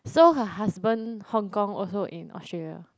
so her husband Hong-Kong also in Australia